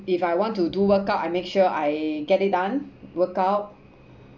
if I want to do workout I make sure I get it done workout